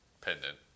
pendant